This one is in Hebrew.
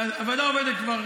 הוועדה עובדת כבר,